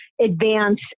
advance